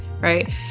right